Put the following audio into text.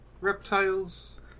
reptiles